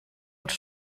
els